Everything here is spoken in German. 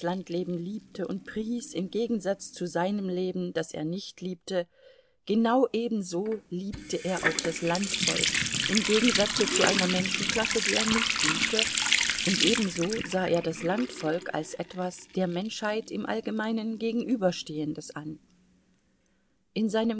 liebte und pries im gegensatz zu einem leben das er nicht liebte genau ebenso liebte er auch das landvolk im gegensatze zu einer menschenklasse die er nicht liebte und ebenso sah er das landvolk als etwas der menschheit im allgemeinen gegenüberstehendes an in seinem